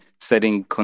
setting